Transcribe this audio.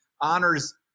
honors